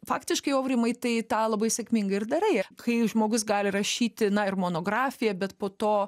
faktiškai aurimai tai tą labai sėkmingai ir darai kai žmogus gali rašyti na ir monografiją bet po to